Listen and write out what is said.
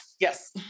Yes